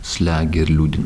slegia ir liūdin